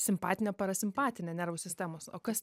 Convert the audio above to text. simpatinė parasimpatinė nervų sistemos o kas